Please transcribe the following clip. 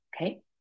okay